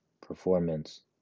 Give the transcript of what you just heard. performance